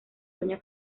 dueño